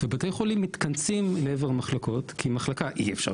ובתי החולים מתכנסים לעבר המחלקות כי אי אפשר